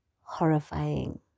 horrifying